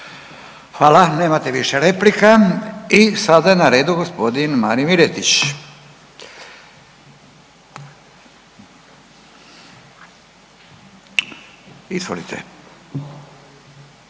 Hvala, nemate više replika. I sada je na redu gospodin Marin Miletić. Izvolite.